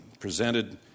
Presented